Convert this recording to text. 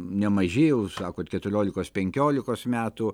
nemaži jau sakot keturiolikos penkiolikos metų